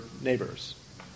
neighbors